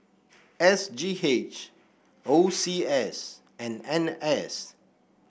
S G H O C S and N S